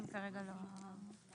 סיימנו.